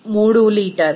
3 litre